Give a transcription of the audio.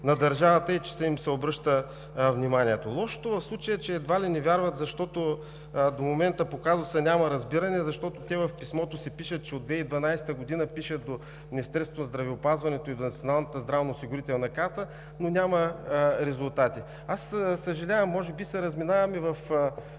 на държавата и че им се обръща внимание. Лошото в случая е, че едва ли ни вярват, защото до момента по казуса няма разбиране. В писмото си казват, че от 2012 г. пишат до Министерството на здравеопазването и до Националната здравноосигурителна каса, но няма резултати. Съжалявам, може би се разминаваме с